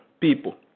people